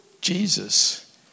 Jesus